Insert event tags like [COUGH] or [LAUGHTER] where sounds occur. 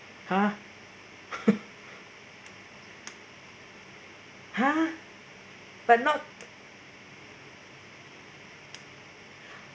!huh! [LAUGHS] !huh! but not